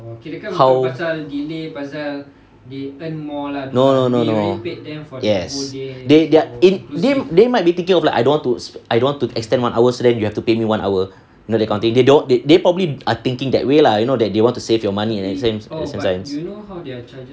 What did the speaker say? how no no no no yes they their eh they they might be thinking of like I don't want to I don't want to extend one hour so that you have to pay me one hour you know that kind of thing they don't they they probably are thinking that way lah you know that they want to save your money and